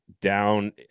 down